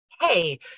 Hey